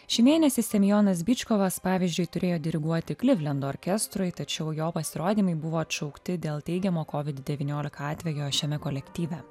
šį mėnesį semionas byčkovas pavyzdžiui turėjo diriguoti klivlendo orkestrui tačiau jo pasirodymai buvo atšaukti dėl teigiamo kovid devyniolika atvejo šiame kolektyve